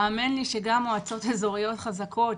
האמן לי שגם מועצות אזוריות חזקות,